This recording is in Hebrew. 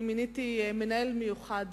מיניתי מנהל מיוחד